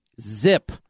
zip